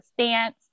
stance